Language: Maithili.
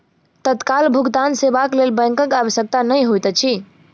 तत्काल भुगतान सेवाक लेल बैंकक आवश्यकता नै होइत अछि